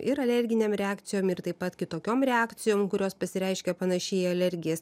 ir alerginėm reakcijom ir taip pat kitokiom reakcijom kurios pasireiškia panašiai į alergijas